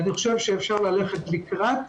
לדעתי, אפשר ללכת לקראת.